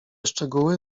szczegóły